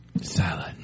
Salad